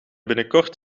binnenkort